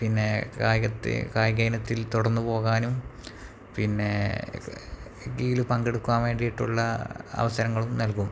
പിന്നെ കായികയിനത്തിൽ തുടര്ന്ന് പോകാനും പിന്നേ ഗീല് പങ്കെടുക്കുവാൻ വേണ്ടിയിട്ടുള്ള അവസരങ്ങളും നൽകും